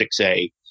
6A